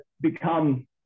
become